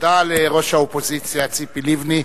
תודה לראש האופוזיציה, ציפי לבני.